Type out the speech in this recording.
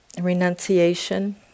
renunciation